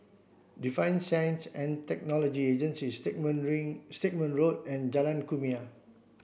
Defence Science and Technology Agency Stagmont Rain Stagmont Road and Jalan Kumia